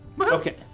Okay